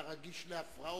שאתה רגיש להפרעות.